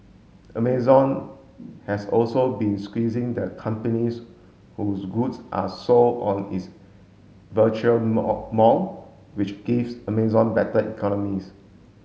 Amazon has also been squeezing the companies whose goods are sold on its virtual mall which gives Amazon better economies